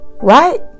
right